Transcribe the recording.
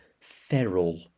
Feral